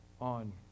on